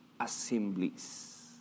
assemblies